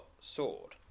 sword